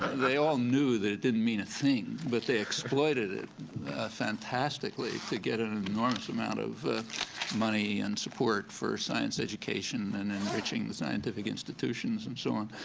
they all knew that it didn't mean a thing, but they exploited it fantastically to get an enormous amount of money and support for science education and enriching the scientific institutions and so on.